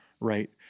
Right